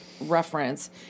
reference